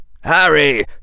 Harry